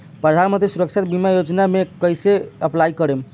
प्रधानमंत्री सुरक्षा बीमा योजना मे कैसे अप्लाई करेम?